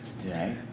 Today